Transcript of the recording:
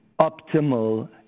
optimal